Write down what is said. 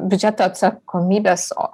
biudžeto atsakomybės o